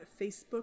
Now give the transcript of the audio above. facebook